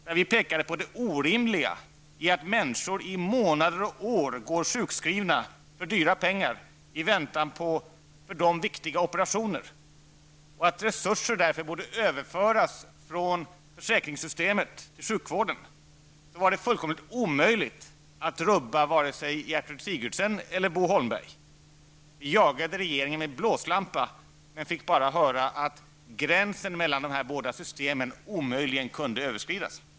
När vi pekade på det orimliga i att människor i månader och år går sjukskrivna för dyra pengar i väntan på för dem viktiga operationer och att resurser därför borde överföras från försäkringssystemet till sjukvården, var det fullkomligt omöjligt att rubba vare sig Gertrud Sigurdsen eller Bo Holmberg. Vi jagade regeringen med blåslampa men fick bara höra att gränsen mellan de här båda systemen omöjligen kunde överskridas.